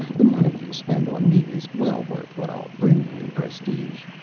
the money you spend on me is well worth what i'll bring you in prestige.